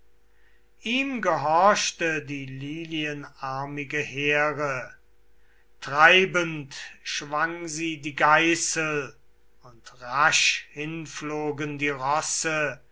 ihm gehorchte die lilienarmige here treibend schwang sie die geißel und rasch hinflogen die rosse